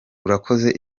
urakoze